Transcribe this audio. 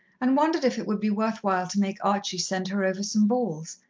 and wondered if it would be worth while to make archie send her over some balls,